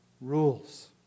rules